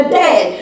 dead